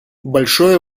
большое